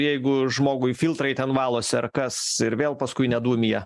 jeigu žmogui filtrai ten valosi ar kas ir vėl paskui nedūmija